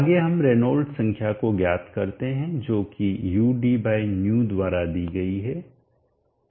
आगे हम रेनॉल्ड्स संख्या को ज्ञात करते हैं जो udϑ द्वारा दी गई है